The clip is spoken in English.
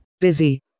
Busy